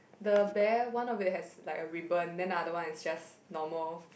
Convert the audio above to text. the bear one of it has like a ribbon then the other one is just normal